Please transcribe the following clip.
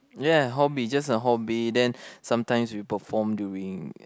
yeah hobby just a hobby then sometimes we perform during